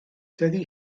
dydy